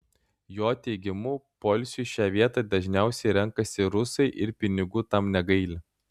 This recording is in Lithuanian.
jo teigimu poilsiui šią vietą dažniausiai renkasi rusai ir pinigų tam negaili